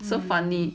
so funny